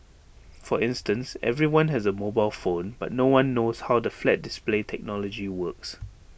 for instance everyone has A mobile phone but no one knows how the flat display technology works